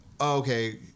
okay